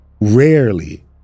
rarely